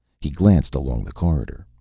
he glanced along the corridor.